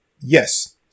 yes